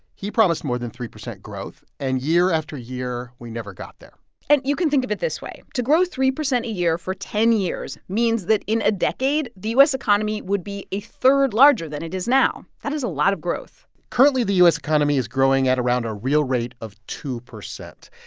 he promised more than three percent growth. and year after year, we never got there and you can think of it this way. to grow three percent a year for ten years means that in a decade, the u s. economy would be a third larger than it is now. that is a lot of growth currently, the u s. economy is growing at around a real rate of two percent.